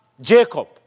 Jacob